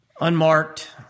unmarked